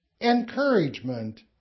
encouragement